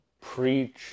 preach